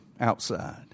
outside